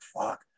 fuck